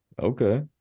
okay